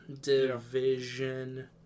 Division